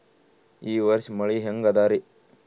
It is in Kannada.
ಈ ವರ್ಷ ಮಳಿ ಹೆಂಗ ಅದಾರಿ?